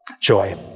Joy